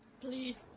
Please